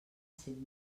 cent